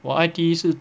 我 I_T_E 是